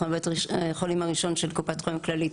אנחנו בית החולים הראשון של קופת חולים כללית,